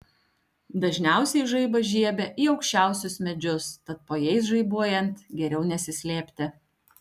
dažniausiai žaibas žiebia į aukščiausius medžius tad po jais žaibuojant geriau nesislėpti